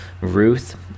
Ruth